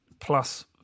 plus